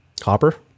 Hopper